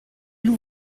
l’on